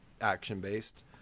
action-based